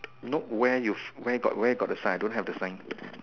nope where you where got where got the sign I don't have the sign